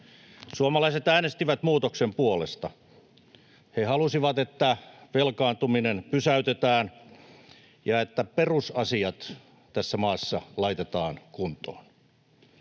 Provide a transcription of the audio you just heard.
Suomalaiset äänestivät muutoksen puolesta. He halusivat, että velkaantuminen pysäytetään ja että perusasiat tässä maassa laitetaan kuntoon.